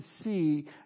see